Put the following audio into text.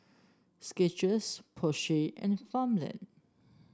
Skechers Porsche and Farmland